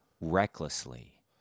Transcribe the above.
recklessly